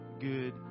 good